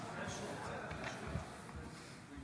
ההצבעה: 21 בעד, אין